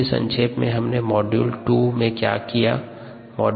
बहुत ही संक्षेप में हमने मॉड्यूल 2 में क्या किया है